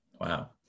wow